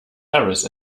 harris